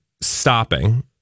stopping